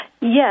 Yes